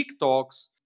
TikToks